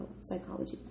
psychology